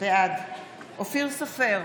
בעד אופיר סופר,